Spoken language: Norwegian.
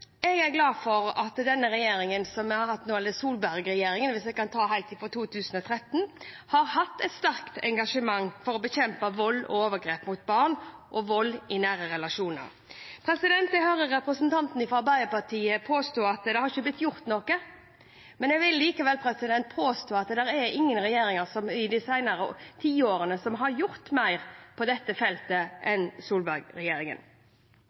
Jeg er glad for at den regjeringen som vi har hatt nå, Solberg-regjeringen, hvis jeg kan ta med den helt fra 2013, har hatt et sterkt engasjement for å bekjempe vold og overgrep mot barn og vold i nære relasjoner. Jeg hører representanten fra Arbeiderpartiet påstå at det ikke har blitt gjort noe. Jeg vil likevel påstå at det ikke er noen regjeringer de seneste tiårene som har gjort mer på dette feltet